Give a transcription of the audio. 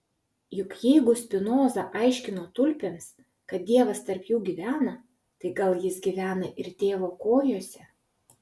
juk jeigu spinoza aiškino tulpėms kad dievas tarp jų gyvena tai gal jis gyvena ir tėvo kojose